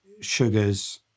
sugars